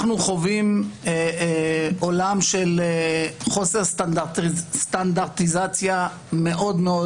אנחנו חווים עולם של חוסר סטנדרטיזציה מאוד מאוד